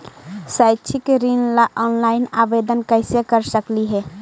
शैक्षिक ऋण ला ऑनलाइन आवेदन कैसे कर सकली हे?